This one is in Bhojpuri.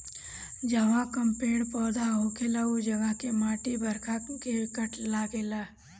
जहवा कम पेड़ पौधा होखेला उ जगह के माटी बरखा में कटे लागेला